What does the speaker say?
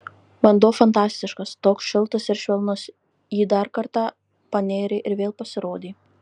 vanduo fantastiškas toks šiltas ir švelnus ji dar kartą panėrė ir vėl pasirodė